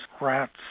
rats